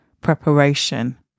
preparation